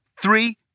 three